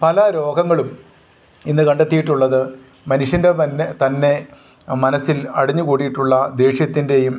പല രോഗങ്ങളും ഇന്ന് കണ്ടെത്തിയിട്ടുള്ളത് മനുഷ്യൻ്റെ തന്നെ തന്നെ മനസ്സിൽ അടിഞ്ഞ് കൂടിയിട്ടുള്ള ദേഷ്യത്തിൻ്റെയും